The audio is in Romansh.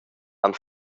han